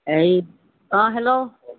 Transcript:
এই অঁ হেল্ল'